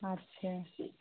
अच्छा ठीक है